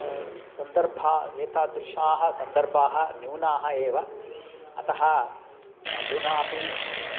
सन्दर्भाः एतादृशाः सन्दर्भाः न्यूनाः एव अतः अधुनापि